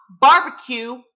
Barbecue